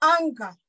anger